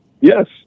Yes